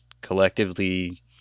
collectively